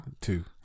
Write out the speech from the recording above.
Two